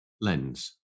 lens